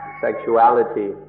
sexuality